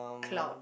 cloud